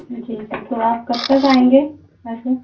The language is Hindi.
जी फिर तो आप कब तक आएँगे ऐसे